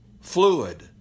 fluid